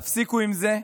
תפסיקו עם זה,